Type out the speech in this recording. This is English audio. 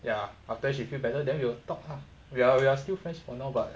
ya after she feel better than we will talk ah we're we're still friends for now but